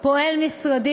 פועל משרדי,